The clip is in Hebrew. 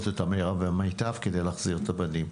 את המרב והמיטב כדי להחזיר את הבנים.